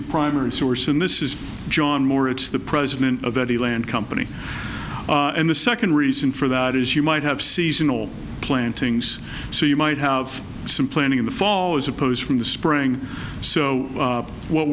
the primary source and this is john moore it's the president of the land company and the second reason for that is you might have seasonal plantings so you might have some planning in the fall as opposed from the spring so what